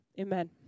Amen